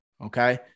Okay